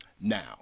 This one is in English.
now